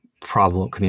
problem